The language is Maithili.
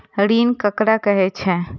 ऋण ककरा कहे छै?